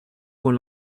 con